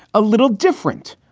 a little different.